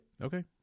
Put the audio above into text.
Okay